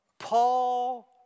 Paul